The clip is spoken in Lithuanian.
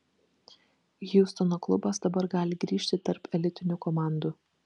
hjustono klubas dabar gali grįžti tarp elitinių komandų